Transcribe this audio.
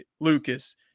Lucas